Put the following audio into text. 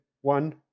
one